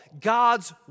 God's